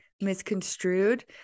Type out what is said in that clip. misconstrued